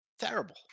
Terrible